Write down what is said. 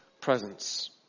presence